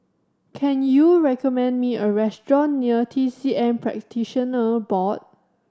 can you recommend me a restaurant near T C M Practitioner Board